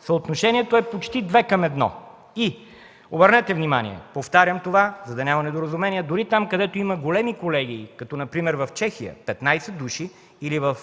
Съотношението е почти две към едно. Обърнете внимание – повтарям това, за да няма недоразумения, дори там, където има големи колегии, като например в Чехия – 15 души, или в